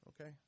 okay